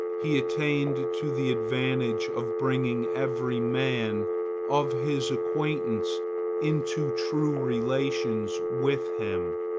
he attained to the advantage of bringing every man of his acquaintance into true relations with him.